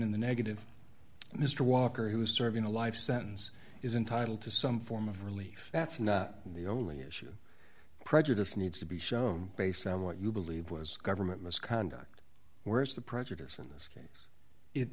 in the negative mr walker who is serving a life sentence is entitled to some form of relief that's not the only issue prejudice needs to be shown based on what you believe was government misconduct whereas the prejudice in this case it